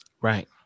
right